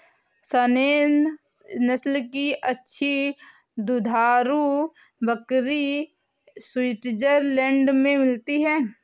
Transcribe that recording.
Saanen नस्ल की अच्छी दुधारू बकरी स्विट्जरलैंड में मिलती है